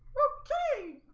okay